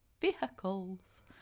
vehicles